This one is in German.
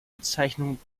bezeichnung